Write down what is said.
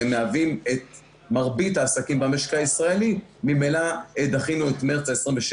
שמהווים את מרבית העסקים במשק הישראלי ממילא דחינו את מרץ ה-27.